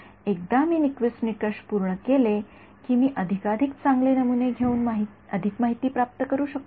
एकदा मी निक्विस्ट निकष पूर्ण केले की मी अधिकाधिक चांगले नमुने घेऊन अधिक माहिती प्राप्त करू शकतो का